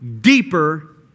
deeper